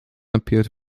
appeared